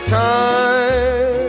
time